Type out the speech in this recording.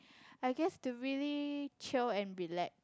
I guess to really chill and relax